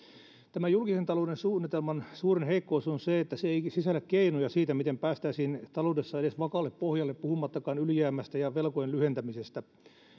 tämän julkisen talouden suunnitelman suurin heikkous on se että se ei sisällä keinoja siihen miten päästäisiin taloudessa edes vakaalle pohjalle puhumattakaan ylijäämästä ja velkojen lyhentämisestä